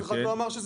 אף אחד לא אמר.